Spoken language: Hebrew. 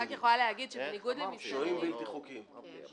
על שוהים בלתי חוקיים, לא מסתננים.